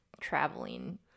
traveling